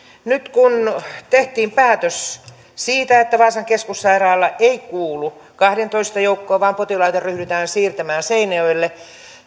nyt kun tehtiin päätös siitä että vaasan keskussairaala ei kuulu kahdentoista joukkoon vaan potilaita ryhdytään siirtämään seinäjoelle